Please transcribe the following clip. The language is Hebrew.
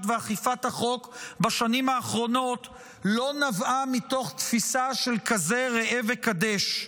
ואכיפת החוק בשנים האחרונות לא נבעה מתוך תפיסה של כזה ראה וקדש,